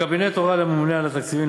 הקבינט הורה לממונה על התקציבים,